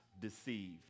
deceived